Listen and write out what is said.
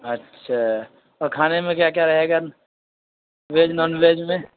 اچھا اور کھانے میں کیا کیا رہے گا ویج نان ویج میں